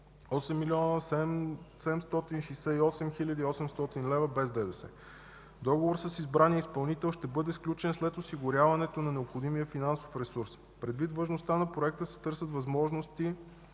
хил. 800 лв. без ДДС. Договор с избрания изпълнител ще бъде сключен след осигуряването на необходимия финансов ресурс. Предвид важността на проекта се търсят възможности